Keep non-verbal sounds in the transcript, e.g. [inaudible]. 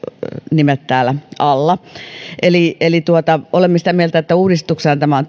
nimet alla eli eli olemme sitä mieltä että periaatteellisena uudistuksena tämä on [unintelligible]